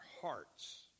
hearts